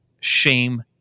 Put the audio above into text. shame